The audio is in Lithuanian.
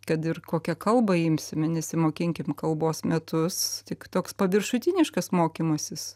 kad ir kokią kalbą imsime nesimokinkim kalbos metus tik toks paviršutiniškas mokymasis